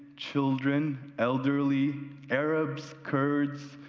children, elderly, airarabs, kurds,